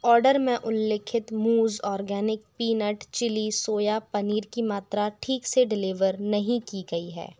order में उल्लेखित मूज़ organic peanut chilli soya paneer की मात्रा ठीक से डिलीवर नहीं की गई है